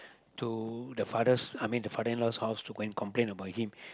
to the father's I mean the father in laws house to go and complain about him